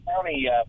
County